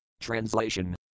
Translation